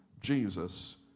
Jesus